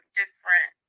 different